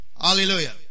Hallelujah